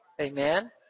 Amen